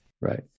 Right